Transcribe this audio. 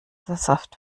sesshaft